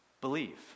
Believe